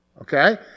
okay